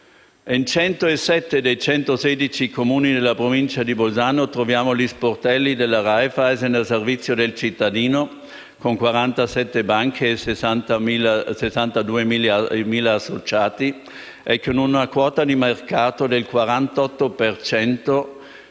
In 107 dei 116 Comuni della Provincia di Bolzano troviamo gli sportelli della Raiffeisen a servizio del cittadino, con 47 banche, 62.000 associati e con una quota di mercato del 48